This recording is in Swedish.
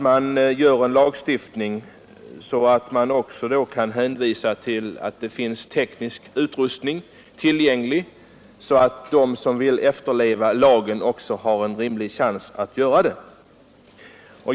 Man skall kunna hänvisa till att det finns teknisk utrustning tillgänglig så att de som vill efterleva lagen också har en rimlig chans att göra det.